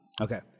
Okay